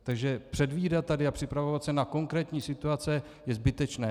Takže předvídat tady a připravovat se na konkrétní situace je zbytečné.